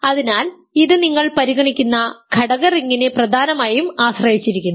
അതിനാൽ ഇത് നിങ്ങൾ പരിഗണിക്കുന്ന ഘടക റിംഗിനെ പ്രധാനമായും ആശ്രയിച്ചിരിക്കുന്നു